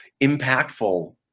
impactful